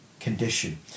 condition